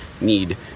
need